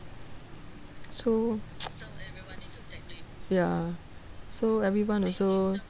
so ya so everyone also